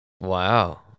Wow